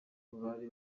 bari